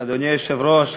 אדוני היושב-ראש,